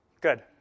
Good